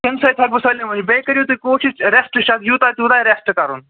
تَمہِ سۭتۍ ہٮ۪کہٕ بہٕ سٲلِم ؤنِتھ بیٚیہِ کٔرِو تُہۍ کوٗشِش رٮ۪سٹٕچ اَتھ یوٗتاہ تیوٗتاہ رٮ۪سٹ کرُن